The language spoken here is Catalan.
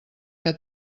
que